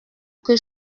que